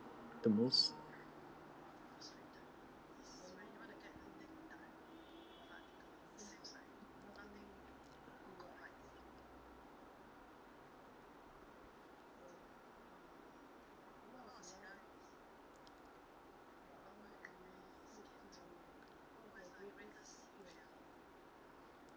the most